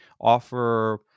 offer